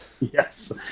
yes